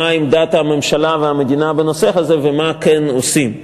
עמדת הממשלה והמדינה בנושא הזה ומה כן עושים.